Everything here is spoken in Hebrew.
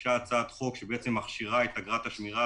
הוגשה הצעת חוק שמכשירה את אגרת השמירה